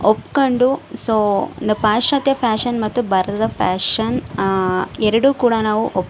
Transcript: ಒಪ್ಪಿಕೊಂಡು ಸೊ ಇಂದ ಪಾಶ್ಯಾತ್ಯ ಫ್ಯಾಷನ್ ಮತ್ತು ಭಾರತದ ಫ್ಯಾಷನ್ ಎರಡೂ ಕೂಡ ನಾವು ಒಪ್ಪಿ